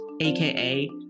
AKA